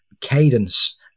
cadence